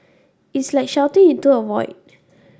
is like shouting into a void